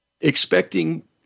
expecting